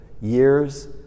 years